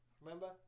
remember